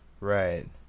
Right